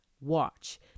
watch